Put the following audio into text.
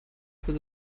für